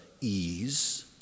ease